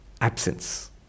absence